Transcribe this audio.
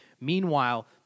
Meanwhile